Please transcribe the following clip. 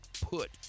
Put